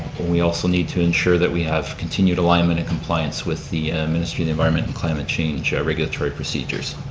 we also need to ensure that we have continued alignment and compliance with the ministry of environment and climate change regulatory procedures.